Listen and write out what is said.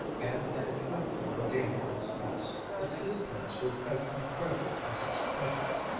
and in a twinkling the danger was past. its disappearance was as incredible as its presence.